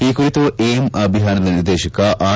ಈ ಕುರಿತು ಏಮ್ ಅಭಿಯಾನದ ನಿರ್ದೇಶಕ ಆರ್